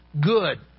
good